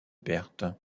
perte